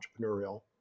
entrepreneurial